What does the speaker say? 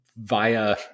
via